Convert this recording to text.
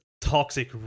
Toxic